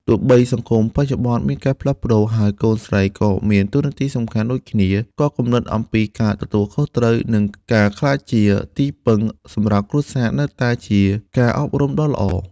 ទោះបីសង្គមបច្ចុប្បន្នមានការផ្លាស់ប្ដូរ ហើយកូនស្រីក៏មានតួនាទីសំខាន់ដូចគ្នា ក៏គំនិតអំពីការទទួលខុសត្រូវ និងការក្លាយជាទីពឹងសម្រាប់គ្រួសារនៅតែជាការអប់រំដ៏ល្អ។